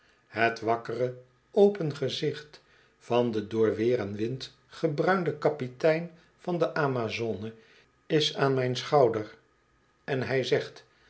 het wakkere open gezicht van den door weer en wind gebruinden kapitein van de amazone is aan mijn schouder en hij zegt